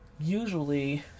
Usually